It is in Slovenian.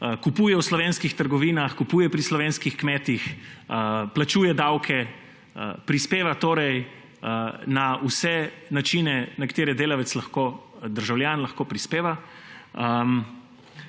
kupuje v slovenskih trgovinah, kupuje pri slovenskih kmetih, plačuje davke, prispeva torej na vse načine, na katere delavec, državljan lahko prispeva.